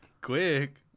Quick